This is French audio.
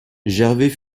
gervais